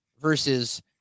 versus